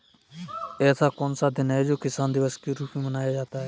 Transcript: ऐसा कौन सा दिन है जो किसान दिवस के रूप में मनाया जाता है?